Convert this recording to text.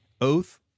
oath